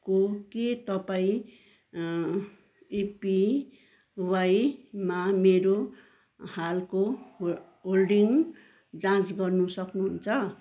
हो के तपाईँँ एपिवाइमा मेरो हालको होल होल्डिङ जाँच गर्न सक्नु हुन्छ